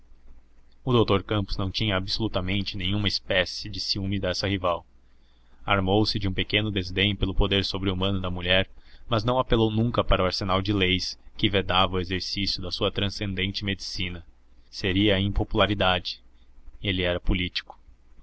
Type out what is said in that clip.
o doutor campos não tinha absolutamente nenhuma espécie de ciúme dessa rival armou-se de um pequeno desdém pelo poder sobre humano da mulher mas não apelou nunca para o arsenal de leis que vedava o exercício de sua transcendente medicina seria a impopularidade ele era político